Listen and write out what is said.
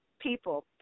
people